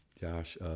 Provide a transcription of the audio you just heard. Josh